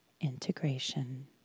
integration